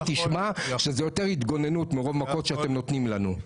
תשמע שזאת ההתגוננות מרוב המכות שאתם נותנים לנו.